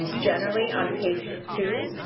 generally on page two,